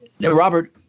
Robert